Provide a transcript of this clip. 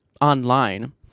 online